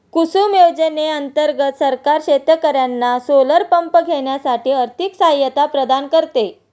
कुसुम योजने अंतर्गत सरकार शेतकर्यांना सोलर पंप घेण्यासाठी आर्थिक सहायता प्रदान करते